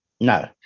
No